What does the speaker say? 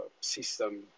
system